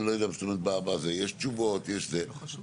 זאת אומרת, אם יתברר, לאחר